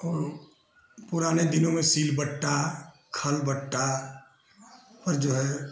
और पुराने दिनों में सिलबट्टा खलबट्टा और जो है